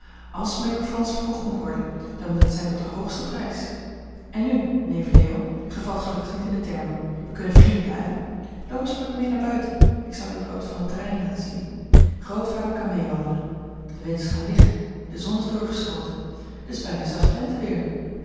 als majoor frans verkocht moet worden dan moet het zijn tot den hoogsten prijs en nu neef leo gij valt gelukkig niet in de termen wij kunnen vrienden blijven loop eens met mij naar buiten ik zal u wat van het terrein laten zien grootvader kan mee wandelen de wind is gaan liggen de zon is doorgeschoten het is bijna zacht lenteweer